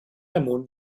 amunt